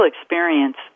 experience